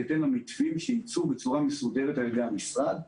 בהתאם למתווים שייצאו בצורה מסודרת על ידי המשרד.